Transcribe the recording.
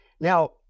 Now